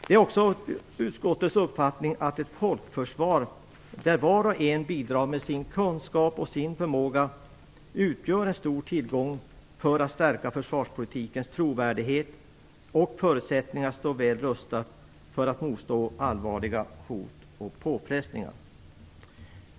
Det är också utskottets uppfattning att ett folkförsvar, där var och en bidrar med sin kunskap och sin förmåga, utgör en stor tillgång för att stärka försvarspolitikens trovärdighet och förutsättningar att stå väl rustad för att motstå allvarliga hot och påfrestningar.